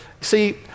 See